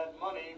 money